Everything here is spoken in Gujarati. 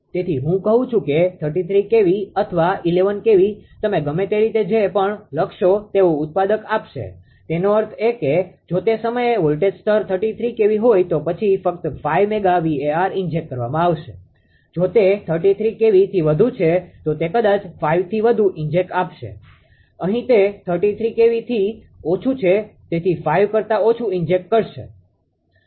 તેથી હું કહું છું કે 33 kV અથવા 11 kV તમે ગમે તે રીતે જે પણ લખશો તેવુ ઉત્પાદક આપશે તેનો અર્થ એ કે જો તે સમયે વોલ્ટેજ સ્તર 33 kV હોય તો પછી ફક્ત 5 મેગા VAr ઇન્જેક્ટ કરવામાં આવશે જો તે 33 kVથી વધુ છે તો તે કદાચ 5 થી વધુ ઈન્જેક્ટ આપશે અહી તે 33 kVથી ઓછું છે તેથી 5 કરતા ઓછું ઇન્જેક્ટ કરશે